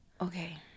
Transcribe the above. Okay